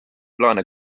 plaane